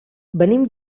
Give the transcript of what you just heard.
venim